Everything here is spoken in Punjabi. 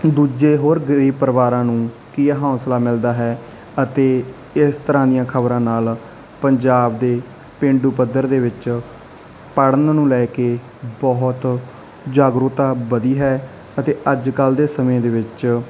ਦੂਜੇ ਹੋਰ ਗਰੀਬ ਪਰਿਵਾਰਾਂ ਨੂੰ ਕੀ ਆ ਹੌਸਲਾ ਮਿਲਦਾ ਹੈ ਅਤੇ ਇਸ ਤਰ੍ਹਾਂ ਦੀਆਂ ਖਬਰਾਂ ਨਾਲ ਪੰਜਾਬ ਦੇ ਪੇਂਡੂ ਪੱਧਰ ਦੇ ਵਿੱਚ ਪੜਨ ਨੂੰ ਲੈ ਕੇ ਬਹੁਤ ਜਾਗਰੂਕਤਾ ਵੱਧੀ ਹੈ ਅਤੇ ਅੱਜ ਕੱਲ ਦੇ ਸਮੇਂ ਦੇ ਵਿੱਚ